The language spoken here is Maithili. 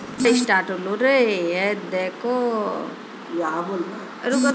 बैंकिंग एजेंट पैसा जमा करै मे, निकालै मे उपभोकता रो मदद करै छै